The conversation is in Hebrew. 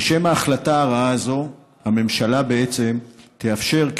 בהחלטה הרעה הזאת הממשלה בעצם תאפשר את